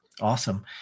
Awesome